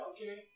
okay